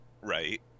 Right